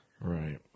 Right